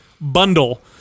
bundle